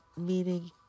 meaning